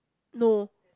no